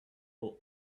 will